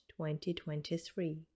2023